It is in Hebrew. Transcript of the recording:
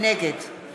נגד